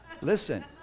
Listen